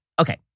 Okay